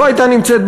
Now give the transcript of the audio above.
את לא צריכה להתווכח,